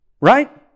Right